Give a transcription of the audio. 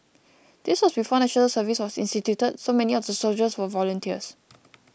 this was before National Service was instituted so many of the soldiers were volunteers